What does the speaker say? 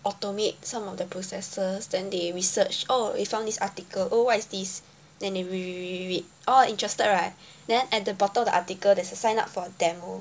automate some of their processes then they research oh they found this article oh what is this then they read read read read read oh interested right then at the bottom of the article there's a sign up for demo